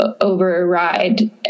override